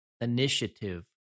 initiative